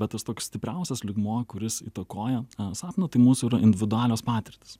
bet tas toks stipriausias lygmuo kuris įtakoja sapną tai mūsų yra individualios patirtys